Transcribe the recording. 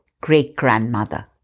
great-grandmother